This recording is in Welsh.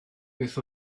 beth